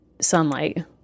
sunlight